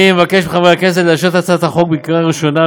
אני מבקש מחברי הכנסת לאשר את הצעת החוק בקריאה ראשונה,